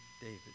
David